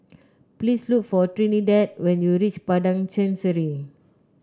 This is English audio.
please look for Trinidad when you reach Padang Chancery